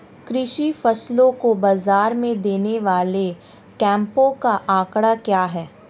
कृषि फसलों को बाज़ार में देने वाले कैंपों का आंकड़ा क्या है?